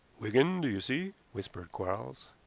wigan, do you see? whispered quarles.